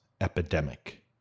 epidemic